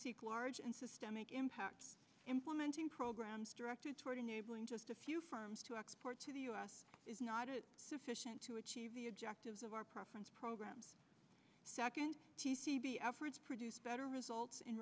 seek large and systemic impact implementing programmes directed toward enabling just a few firms to export to the us is not a sufficient to achieve the objectives of our preference program t c b efforts produce better results in